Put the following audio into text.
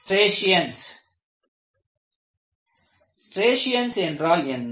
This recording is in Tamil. ஸ்ட்ரியேஷன்ஸ் ஸ்ட்ரியேஷன்ஸ் என்றால் என்ன